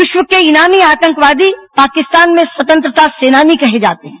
विश्व के इनामी आतंकवादी पाकिस्तान में स्वतंत्रता सेनानी कहे जाते हैं